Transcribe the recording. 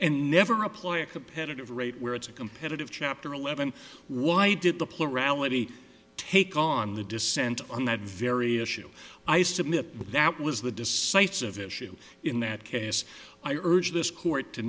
and never a ploy a competitive rate where it's a competitive chapter eleven why did the plurality take on the dissent on that very issue i submit that was the decisive issue in that case i urge this court to